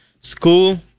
School